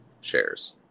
shares